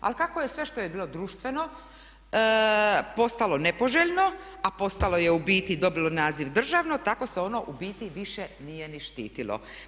Ali kako je sve što je bilo društveno postalo nepoželjno, a postalo je u biti, dobilo naziv državno, tako se ono u biti više nije ni štitilo.